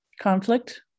conflict